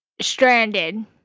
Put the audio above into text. stranded